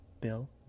Bill